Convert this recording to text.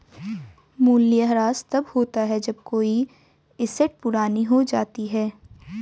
मूल्यह्रास तब होता है जब कोई एसेट पुरानी हो जाती है